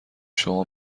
شما